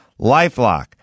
LifeLock